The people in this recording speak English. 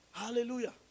Hallelujah